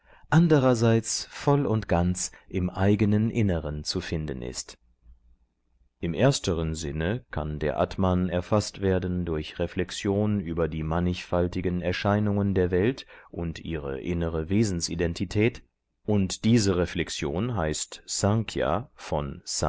andererseits voll und ganz im eigenen inneren zu finden ist im ersteren sinne kann der atman erfaßt werden durch reflexion über die mannigfaltigen erscheinungen der welt und ihre innere wesensidentität und diese reflexion heißt